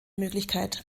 möglichkeit